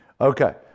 Okay